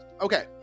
Okay